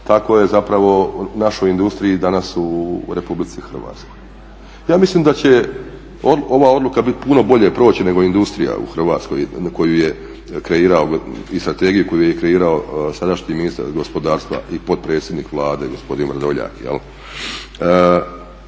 tako je zapravo našoj industriji danas u RH. Ja mislim daće ova odluka puno bolje proći nego industrija u Hrvatskoj i strategija koju je kreirao sadašnji ministar gospodarstva i potpredsjednik Vlade gospodin Vrdoljak.